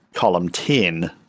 column ten.